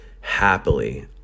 happily